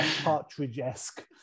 partridge-esque